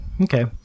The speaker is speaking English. okay